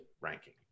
ranking